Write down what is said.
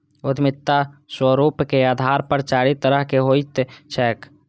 उद्यमिता स्वरूपक आधार पर चारि तरहक होइत छैक